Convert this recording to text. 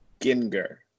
Ginger